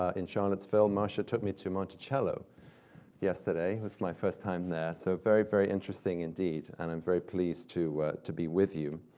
ah in charlottesville. marcia took me to monticello yesterday. it was my first time there, so very, very interesting indeed, and i'm very pleased to to be with you.